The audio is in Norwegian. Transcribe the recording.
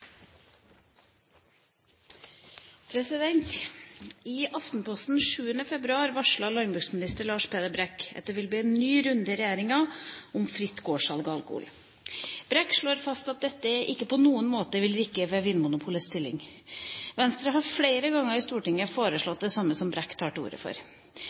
Aftenposten 7. februar varsler landbruksminister Lars Peder Brekk at det vil bli en ny runde i regjeringa om fritt gårdssalg av alkohol. Brekk slår fast at dette ikke på noen måte vil rokke ved Vinmonopolets stilling. Venstre har flere ganger i Stortinget foreslått det samme som Brekk tar til orde for.